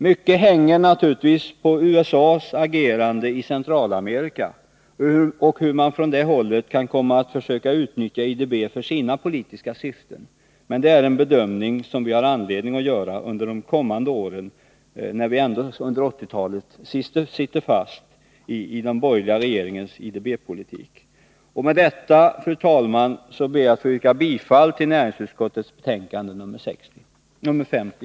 Mycket hänger naturligtvis på USA:s agerande i Centralamerika och på hur man från det hållet kan komma att försöka utnyttja IDB för sina politiska syften. Men det är en bedömning som vi har anledning att göra under de kommande åren, när vi ändå under 1980-talet sitter fast i de borgerliga regeringarnas IDB-politik. Med detta, fru talman, ber jag att få yrka bifall till hemställan i näringsutskottets betänkande nr 50.